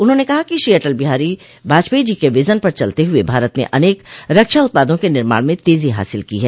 उन्होंने कहा कि श्री अटल जी के विजन पर चलते हुए भारत ने अनेक रक्षा उत्पादों के निर्माण में तेजी हासिल की है